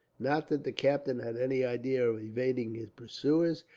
not that the captain had any idea of evading his pursuers,